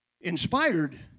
inspired